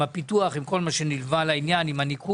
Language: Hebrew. עם הפיתוח, עם כל מה שנלווה לעניין, עם הניקוי.